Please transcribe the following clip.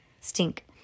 Stink